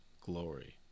glory